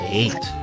eight